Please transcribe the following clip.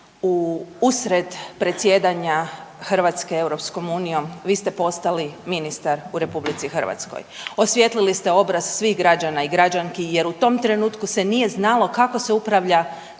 U usred predsjedanja Hrvatske EU-om vi ste postali ministar u RH. Osvijetlili ste obraz svih građana i građanki jer u tom trenutku se nije znalo kako se upravlja